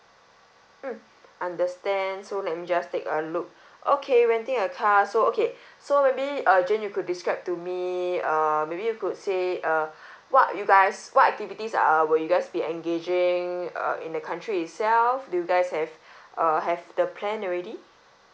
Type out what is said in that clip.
mm understand so let me just take a look okay renting a car so okay so maybe uh jane you could describe to me err maybe you could say uh what you guys what activities err will you guys be engaging uh in the country itself do you guys have err have the plan already